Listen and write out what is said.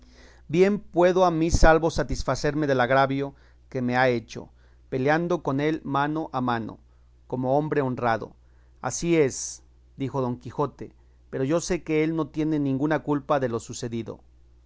bien puedo a mi salvo satisfacerme del agravio que me ha hecho peleando con él mano a mano como hombre honrado así es dijo don quijote pero yo sé que él no tiene ninguna culpa de lo sucedido